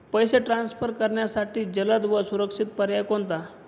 पैसे ट्रान्सफर करण्यासाठी जलद व सुरक्षित पर्याय कोणता?